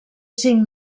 cinc